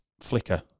flicker